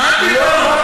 מה פתאום.